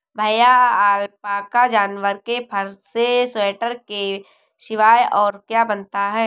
भैया अलपाका जानवर के फर से स्वेटर के सिवाय और क्या बनता है?